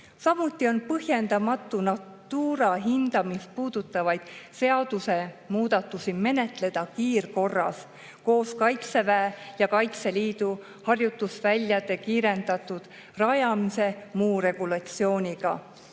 Samuti on põhjendamatu Natura hindamist puudutavaid seadusemuudatusi menetleda kiirkorras koos Kaitseväe ja Kaitseliidu harjutusväljade kiirendatud rajamise muu regulatsiooniga.